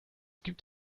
gibt